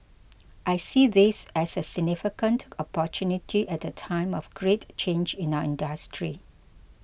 I see this as a significant opportunity at a time of great change in our industry